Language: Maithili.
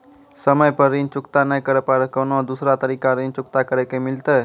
समय पर ऋण चुकता नै करे पर कोनो दूसरा तरीका ऋण चुकता करे के मिलतै?